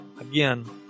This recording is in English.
Again